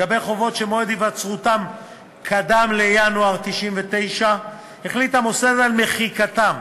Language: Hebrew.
לגבי חובות שמועד היווצרותם קדם לינואר 1999 החליט המוסד על מחיקה,